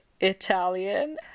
Italian